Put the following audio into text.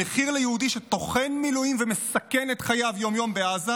המחיר ליהודי שטוחן מילואים ומסכן את חייו יום-יום בעזה,